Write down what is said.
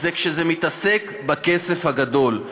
כשזה מתעסק בכסף הגדול,